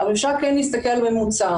אבל אפשר כן להסתכל על ממוצע.